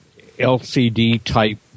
LCD-type